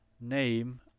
name